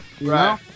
Right